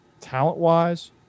talent-wise